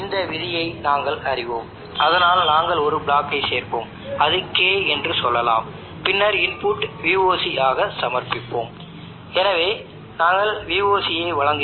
எனவே முதலில் நீங்கள் கரண்ட் iT ஐ அளவிட வேண்டும் ஏனென்றால் இந்த கரண்ட் iT ஃபீட்பேக்காக இருக்க வேண்டும் மற்றும் இங்கே கொடுக்கப்பட வேண்டும்